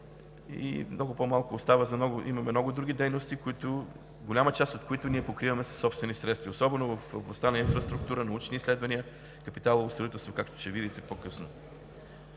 и много по-малко остава, имаме много други дейности, голяма част от които покриваме със собствени средства, особено в областта на инфраструктура, научни изследвания, капиталово строителство, както ще видите по-късно.